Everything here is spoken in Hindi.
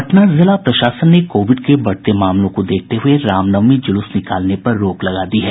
पटना जिला प्रशासन ने कोविड के बढ़ते मामलों को देखते हुए रामनवमी जुलूस निकालने पर रोक लगा दी है